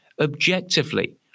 objectively